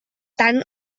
tant